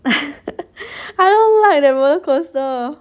I don't like that roller coaster